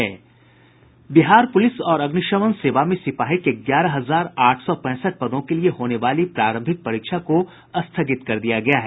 Bihar police और अग्निशमन सेवा में सिपाही के ग्यारह हजार आठ सौ पैंसठ पदों के लिए होने वाली प्रारंभिक परीक्षा को स्थगित कर दिया गया है